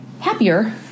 happier